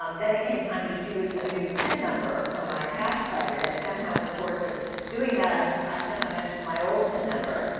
um then it came time to choose a new pin number for my cash card and somehow in the course of doing that, i i somehow mentioned my old pin number.